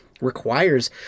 requires